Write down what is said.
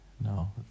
No